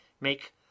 make